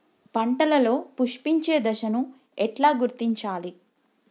పంటలలో పుష్పించే దశను ఎట్లా గుర్తించాలి?